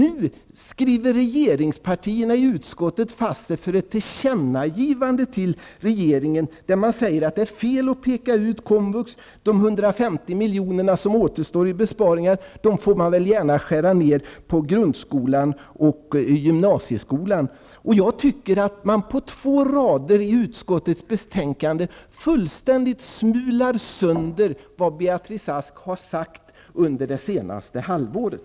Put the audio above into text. Nu skriver regeringspartierna i utskottet fast sig för ett tillkännagivande till regeringen där man säger att det är fel att peka ut komvux. De 150 miljonerna som återstår i besparingar får man skära ned på i grundskolan och gymnasieskolan. Jag tycker att man på två rader i utskottets betänkande fullständigt smular sönder vad Beatrice Ask har sagt under det senaste halvåret.